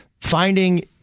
finding